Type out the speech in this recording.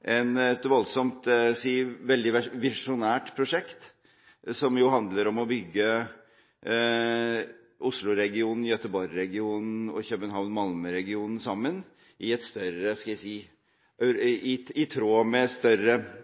Dette er et veldig visjonært prosjekt som handler om å bygge Oslo-regionen, Göteborg-regionen og København–Malmø-regionen sammen, i tråd med større,